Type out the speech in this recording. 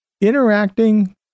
Interacting